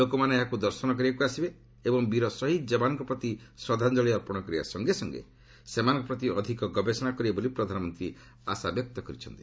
ଲୋକମାନେ ଏହାକୁ ଦର୍ଶନ କରିବାକୁ ଆସିବେ ଏବଂ ବୀର ଶହୀଦ ଯବାନମାନଙ୍କ ପ୍ରତି ଶ୍ରଦ୍ଧାଞ୍ଜଳୀ ଅର୍ପଣ କରିବା ସଙ୍ଗେ ସଙ୍ଗେ ସେମାନଙ୍କ ପ୍ରତି ଅଧିକ ଗବେଷଣା କରିବେ ବୋଲି ପ୍ରଧାନମନ୍ତ୍ରୀ ଆଶାବ୍ୟକ୍ତ କରିଛନ୍ତି